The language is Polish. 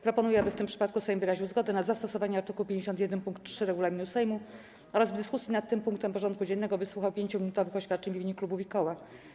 Proponuję, aby w tym przypadku Sejm wyraził zgodę na zastosowanie art. 51 pkt 3 regulaminu Sejmu oraz w dyskusji nad tym punktem porządku dziennego wysłuchał 5-minutowych oświadczeń w imieniu klubów i koła.